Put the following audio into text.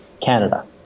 Canada